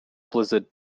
blizzard